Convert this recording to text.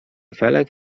felek